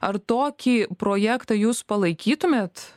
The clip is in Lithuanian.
ar tokį projektą jūs palaikytumėt